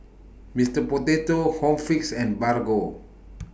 Mister Potato Home Fix and Bargo